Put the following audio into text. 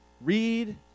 read